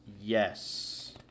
Yes